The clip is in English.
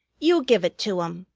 you give it to um,